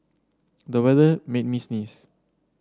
the weather made me sneeze